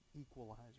equalizer